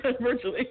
virtually